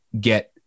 get